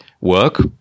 work